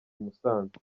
musanze